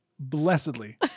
blessedly